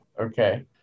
Okay